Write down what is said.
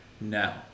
now